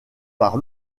par